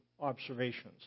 observations